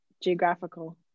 geographical